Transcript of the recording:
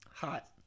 Hot